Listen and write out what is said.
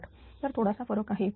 0098 तर थोडासा फरक आहे